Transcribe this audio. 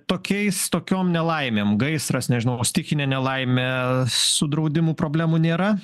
tokiais tokiom nelaimėm gaisras nežinau stichinė nelaimė su draudimu problemų nėra